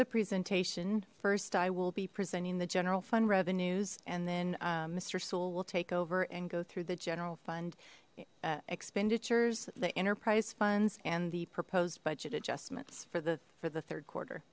the presentation first i will be presenting the general fund revenues and then mister sewell will take over and go through the general fund expenditures the enterprise funds and the proposed budget adjustments for the for the third quarter